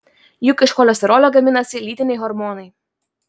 juk iš cholesterolio gaminasi lytiniai hormonai